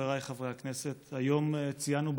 חבריי חברי הכנסת, היום ציינו בכנסת,